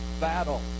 Battle